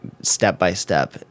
step-by-step